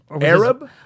Arab